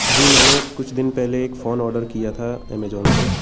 अभी मैंने कुछ दिन पहले एक फ़ोन ऑडर किया था अमेजॉन से